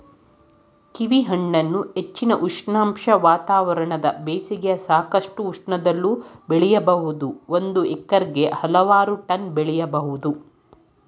ಕೀವಿಹಣ್ಣನ್ನು ಹೆಚ್ಚಿನ ಉಷ್ಣಾಂಶ ವಾತಾವರಣದ ಬೇಸಿಗೆಯ ಸಾಕಷ್ಟು ಉಷ್ಣದಲ್ಲೂ ಬೆಳಿಬೋದು ಒಂದು ಹೆಕ್ಟೇರ್ಗೆ ಹಲವಾರು ಟನ್ ಬೆಳಿಬೋದು